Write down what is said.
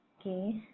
Okay